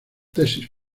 tesis